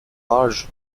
large